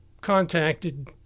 contacted